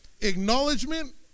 Acknowledgement